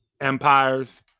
empires